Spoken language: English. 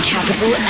Capital